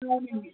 అవునండి